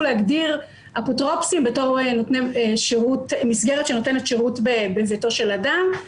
להגדיר אפוטרופוסים בתוך מסגרת שנותנת שירות בביתו של אדם.